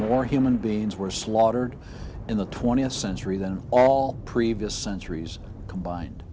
more human beings were slaughtered in the twentieth century than all previous centuries combined